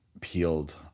peeled